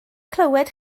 clywed